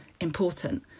important